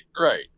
right